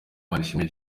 manishimwe